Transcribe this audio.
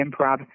improv